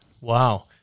wow